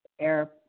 air